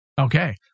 Okay